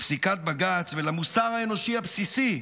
לפסיקת בג"ץ ולמוסר האנושי הבסיסי,